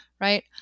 right